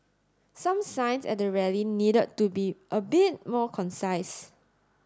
some signs at the rally need to be a bit more concise